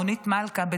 רונית מלכה.